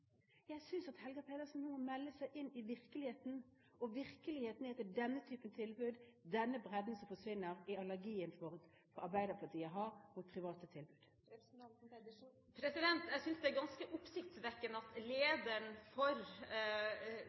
Jeg synes at Helga Pedersen nå må melde seg inn i virkeligheten, og virkeligheten er at det er denne type tilbud, denne bredden, som forsvinner i allergien som Arbeiderpartiet har mot private tilbud. Jeg synes det er ganske oppsiktsvekkende at lederen for